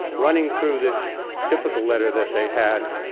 running through this typical letter that they had,